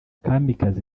kamikazi